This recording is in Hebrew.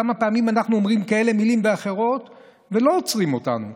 כמה פעמים אנחנו אומרים מילים כאלה ואחרות ולא עוצרים אותנו?